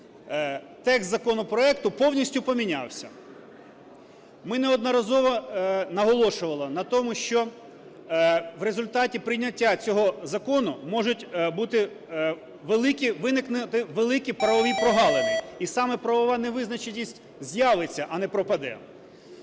текст законопроекту повністю помінявся. Ми неодноразово наголошували на тому, що в результаті прийняття цього закону, можуть виникнути великі правові прогалини. І саме правова невизначеність з'явиться, а не пропаде.